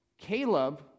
Caleb